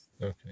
Okay